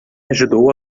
ajudou